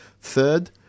third